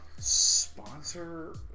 sponsor